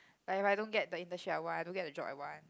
like if I don't get the internship I want I don't get the job I want